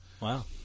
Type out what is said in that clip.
Wow